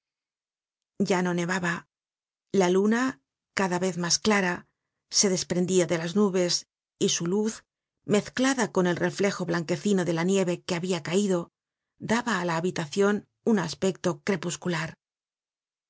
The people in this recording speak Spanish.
ya no nevaba la luna cada vez mas clara se desprendia de las nubes y su luz mezclada con el reflejo blanquecino de la nieve que habia caido daba á la habitacion un aspecto crepuscular